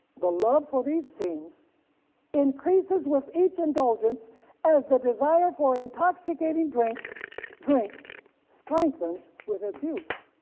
the love for these scenes increases with each indulgence as the desire for intoxicating drink drink strengthens with its use.